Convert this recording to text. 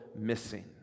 missing